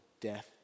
death